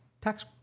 tax